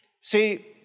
See